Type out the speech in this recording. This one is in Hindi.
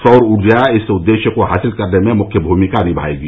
सौर ऊर्जा इस उद्देश्य को हासिल करने में मुख्य भूमिका निभायेगी